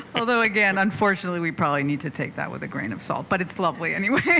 although again unfortunately we probably need to take that with a grain of salt but it's lovely anyway